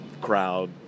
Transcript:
crowd